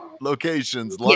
locations